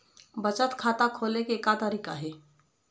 बचत खाता खोले के का तरीका हे?